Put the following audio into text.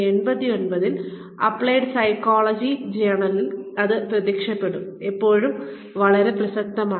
1989 ൽ applied psychology ജേണലിൽ ഇത് പ്രത്യക്ഷപ്പെട്ടു ഇപ്പോഴും വളരെ പ്രസക്തമാണ്